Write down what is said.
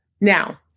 Now